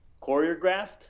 choreographed